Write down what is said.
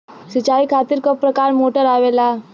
सिचाई खातीर क प्रकार मोटर आवेला?